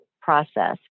process